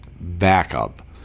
backup